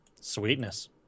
Sweetness